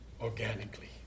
organically